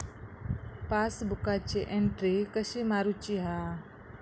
पासबुकाची एन्ट्री कशी मारुची हा?